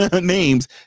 names